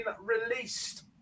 released